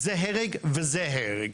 זה הרג וזה הרג.